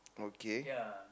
okay